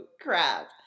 crap